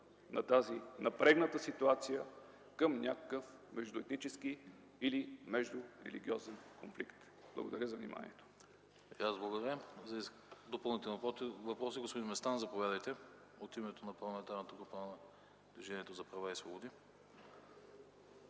на тази напрегната ситуация към някакъв междуетнически или междурелигиозен конфликт. Благодаря за вниманието.